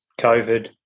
COVID